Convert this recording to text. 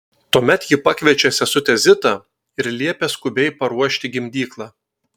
tuomet ji pakviečia sesutę zitą ir liepia skubiai paruošti gimdyklą